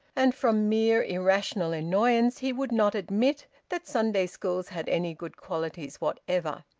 and from mere irrational annoyance he would not admit that sunday schools had any good qualities whatever.